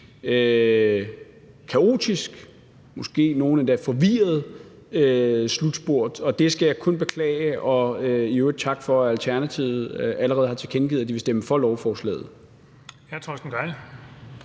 nogle måske endda en forvirret slutspurt. Det skal jeg kun beklage, og jeg vil i øvrigt takke for, at Alternativet allerede har tilkendegivet, at de vil stemme for lovforslaget.